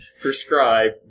prescribe